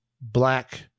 black